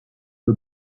the